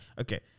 Okay